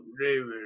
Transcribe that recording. David